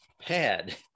pad